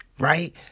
right